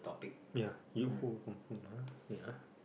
ya you home home home ah wait ah